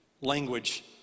language